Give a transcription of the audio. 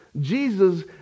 Jesus